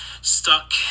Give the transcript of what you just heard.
stuck